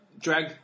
drag